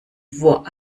vor